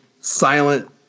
silent